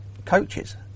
coaches